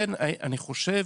עוד משהו.